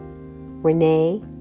Renee